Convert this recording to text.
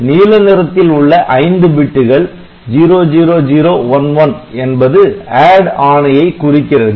நீல நிறத்தில் உள்ள 5 பிட்டுகள் 00011 என்பது ADD ஆணையை குறிக்கிறது